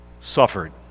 suffered